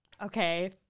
Okay